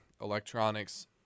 electronics